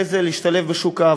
בשביל להשתלב אחרי זה בשוק העבודה,